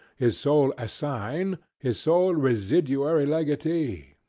his sole assign, his sole residuary legatee,